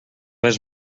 les